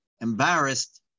embarrassed